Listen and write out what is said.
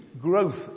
growth